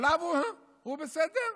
הוא בסדר?